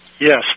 Yes